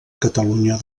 catalunya